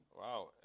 wow